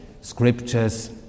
scriptures